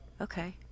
Okay